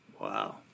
Wow